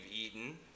eaten